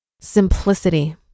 Simplicity